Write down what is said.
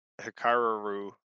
Hikaru